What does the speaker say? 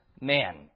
man